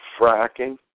fracking